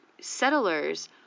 settlers